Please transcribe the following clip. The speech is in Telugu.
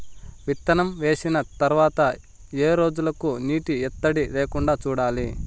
విత్తనం వేసిన తర్వాత ఏ రోజులకు నీటి ఎద్దడి లేకుండా చూడాలి?